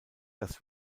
das